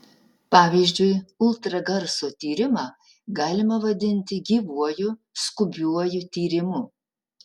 pavyzdžiui ultragarso tyrimą galima vadinti gyvuoju skubiuoju tyrimu